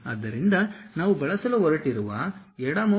ಆದ್ದರಿಂದ ನಾವು ಬಳಸಲು ಹೊರಟಿರುವ ಎಡ ಮೌಸ್